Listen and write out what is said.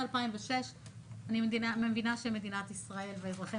מ-2006 אני מבינה שמדינת ישראל ואזרחי